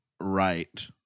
right